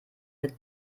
mit